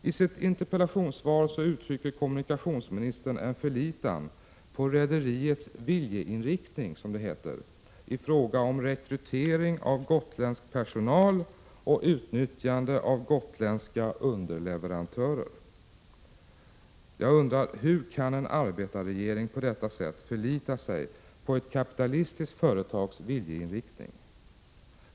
I sitt interpellationssvar uttrycker kommunikationsministern en förlitan till rederiets viljeinriktning i fråga om rekrytering av gotländsk personal och utnyttjande av gotländska underleverantörer. Hur kan en arbetarregering på detta sätt förlita sig på ett kapitalistiskt företags viljeinriktning?